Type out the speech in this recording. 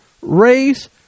race